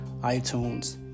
iTunes